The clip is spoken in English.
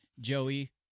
Joey